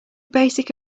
basic